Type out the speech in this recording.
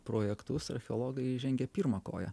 projektus archeologai įžengia pirma koja